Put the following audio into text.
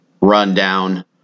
rundown